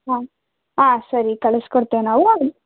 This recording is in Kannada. ಹಾಂ ಆಂ ಸರಿ ಕಳಿಸ್ಕೊಡ್ತೇವೆ ನಾವು